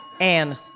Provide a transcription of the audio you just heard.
Anne